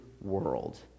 world